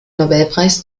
nobelpreis